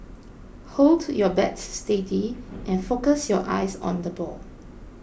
hold your bat steady and focus your eyes on the ball